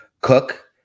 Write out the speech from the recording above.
Cook